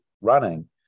running